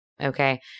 Okay